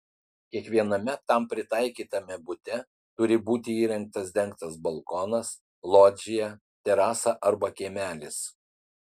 kiekviename tam pritaikytame bute turi būti įrengtas dengtas balkonas lodžija terasa arba kiemelis